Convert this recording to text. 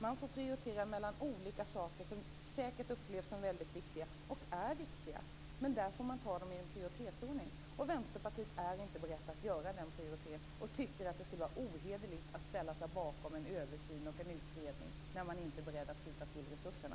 Man får prioritera mellan olika saker som säkert upplevs som väldigt viktiga och är viktiga. Men man får ta dem i en prioritetsordning. Och Vänsterpartiet är inte berett att göra den prioriteringen och tycker att det skulle vara ohederligt att ställa sig bakom en översyn och en utredning när man inte är beredd att skjuta till resurserna.